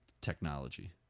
technology